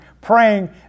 praying